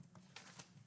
ערעור.